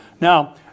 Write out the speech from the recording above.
Now